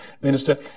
Minister